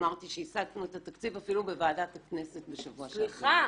אמרתי שהסטנו את התקציב אפילו בוועדת הכנסת --- סליחה,